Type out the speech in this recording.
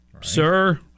Sir